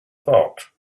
thought